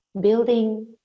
building